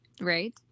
right